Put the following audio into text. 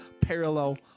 parallel